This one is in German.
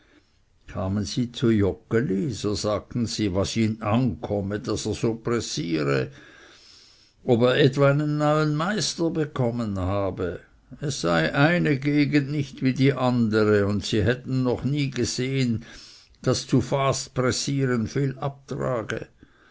kamen sie zu joggeli so sagten sie was ihn ankomme daß er so pressiere oder ob er etwa einen neuen meister bekommen habe es sei eine gegend nicht wie die andere und sie hätten noch nie gesehen daß zu fast pressieren viel abtrage